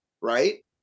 right